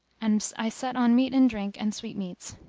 and i set on meat and drink and sweetmeats.